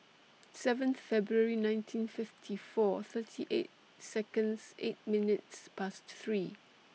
seventh February nineteen fifty four thirty eight Seconds eight minutes Past three